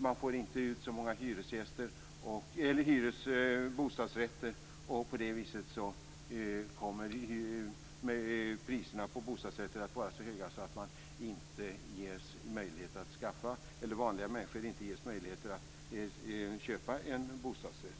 Man får då inte ut så många bostadsrätter, och på det viset kommer priserna på bostadsrätter att vara så höga att vanliga människor inte ges möjligheter att köpa en bostadsrätt.